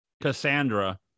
Cassandra